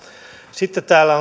sitten täällä